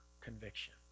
conviction